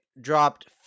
dropped